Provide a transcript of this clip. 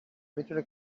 میتونه